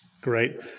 Great